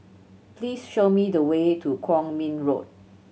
please show me the way to Kwong Min Road